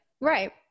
right